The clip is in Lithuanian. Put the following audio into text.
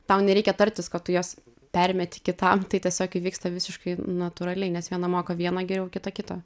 tau nereikia tartis kad tu juos permesti kitam tai tiesiog įvyksta visiškai natūraliai nes viena moka vieną geriau kita kitą